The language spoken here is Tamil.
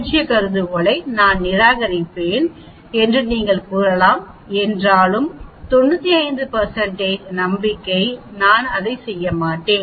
பூஜ்ய கருதுகோளை நான் நிராகரிப்பேன் என்று நீங்கள் கூறலாம் என்றாலும் 95 நம்பிக்கை நான் அதை செய்ய மாட்டேன்